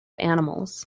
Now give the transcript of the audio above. animals